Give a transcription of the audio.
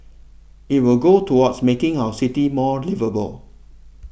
it will go towards making our city more liveable